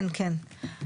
כן, כן.